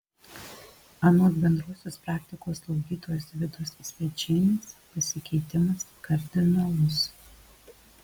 anot bendrosios praktikos slaugytojos vidos spiečienės pasikeitimas kardinalus